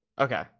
okay